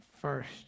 first